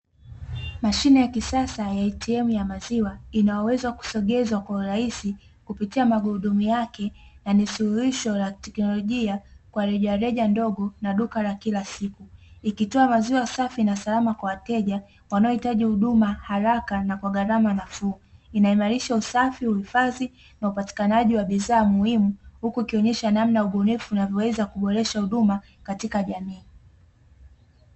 Mashine ya kisasa ya "ATM" ya maziwa, ina uwezo wa kusogezwa kwa urahisi kupitia magurudumu yake na ni suluhisho la teknolojia kwa rejareja ndogo na duka la kila siku. Ikitoa maziwa safi na salama kwa wateja, wanaohitaji huduma haraka na kwa gharama nafuu. Inaimarisha usafi, uhifadhi na upatikanaji wa bidhaa muhimu, huku ikionyesha namna ubunifu unavyoweza kuboresha huduma katika jamii.